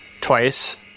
twice